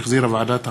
שהחזירה ועדת העבודה,